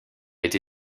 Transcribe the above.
été